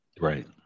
right